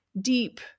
deep